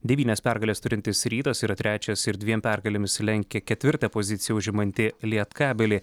devynias pergales turintis rytas yra trečias ir dviem pergalėmis lenkia ketvirtą poziciją užimantį lietkabelį